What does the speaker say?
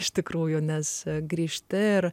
iš tikrųjų nes grįžta ir